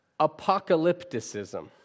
apocalypticism